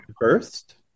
first